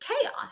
chaos